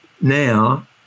now